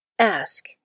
Ask